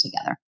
together